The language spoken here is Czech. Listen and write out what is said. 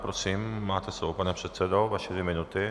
Prosím, máte slovo, pane předsedo, vaše dvě minuty.